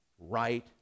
right